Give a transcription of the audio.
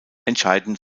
entscheidend